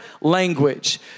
language